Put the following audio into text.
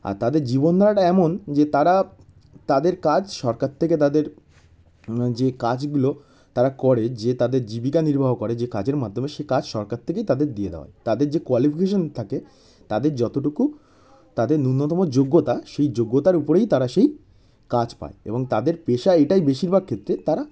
আর তাদের জীবনধারাটা এমন যে তারা তাদের কাজ সরকার থেকে তাদের যে কাজগুলো তারা করে যে তাদের জীবিকা নির্বাহ করে যে কাজের মাধ্যমে সেই কাজ সরকার থেকেই তাদের দিয়ে দেওয়া হয় তাদের যে কোয়ালিফিকেশন থাকে তাদের যতটুকু তাদের নূন্যতম যোগ্যতা সেই যোগ্যতার ওপরেই তারা সেই কাজ পায় এবং তাদের পেশা এটাই বেশিরভাগ ক্ষেত্রে তারা